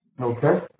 Okay